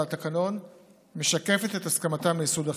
התקנון משקפת את הסכמתם לייסוד החברה.